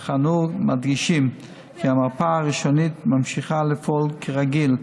אך אנו מדגישים כי המרפאה הראשונית ממשיכה לפעול כרגיל,